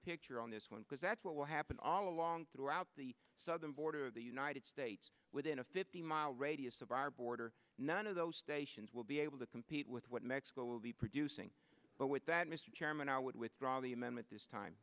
picture on this one because that's what will happen all along throughout the southern border of the united states within a fifty mile radius of our border none of those stations will be able to compete with what mexico will be producing but with that mr chairman i would withdraw the amendment this time